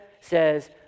says